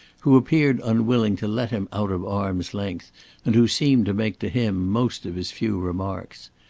who appeared unwilling to let him out of arm's length and who seemed to make to him most of his few remarks.